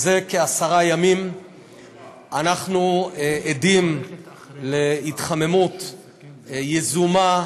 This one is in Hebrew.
זה כעשרה ימים אנחנו עדים להתחממות יזומה,